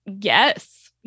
Yes